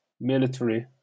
military